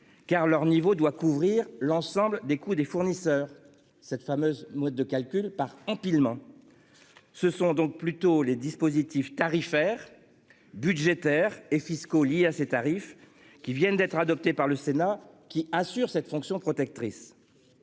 car leur niveau doit couvrir l'ensemble des coûts des fournisseurs cette fameuse mode de calcul par empilement. Ce sont donc plutôt les dispositifs tarifaires budgétaires et fiscaux liés à ces tarifs qui viennent d'être adopté par le Sénat qui assure cette fonction protectrice.